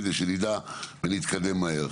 כדי שנדע להתקדם מהר.